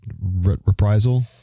reprisal